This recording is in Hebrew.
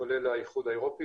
כולל האיחוד האירופי,